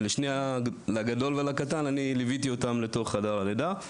את הלידות של הגדול והקטן ליוויתי לתוך חדר הלידה,